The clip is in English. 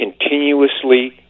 continuously